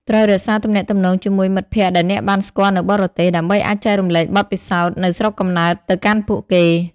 ត្រូវរក្សាទំនាក់ទំនងជាមួយមិត្តភក្តិដែលអ្នកបានស្គាល់នៅបរទេស ដើម្បីអាចចែករំលែកបទពិសោធន៍ នៅស្រុកកំណើតទៅកាន់ពួកគេ។